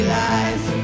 lies